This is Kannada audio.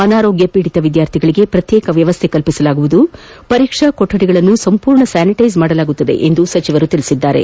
ಅನಾರೋಗ್ಯಪೀಡಿತ ವಿದ್ಯಾರ್ಥಿಗಳಿಗೆ ಪ್ರತ್ಯೇಕ ವ್ಯವಸ್ಥೆ ಕಲ್ಪಿಸಲಾಗುವುದು ಪರೀಕ್ಷಾ ಕೋಠಡಿಗಳನ್ನು ಸಂಪೂರ್ಣ ಸ್ಯಾನಿಟೈಸ್ ಮಾಡಲಾಗುವುದು ಎಂದು ಅವರು ತಿಳಿಸಿದರು